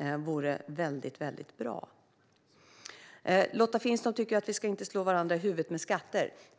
det vore väldigt bra. Lotta Finstorp tycker att vi inte ska slå varandra i huvudet med skatter.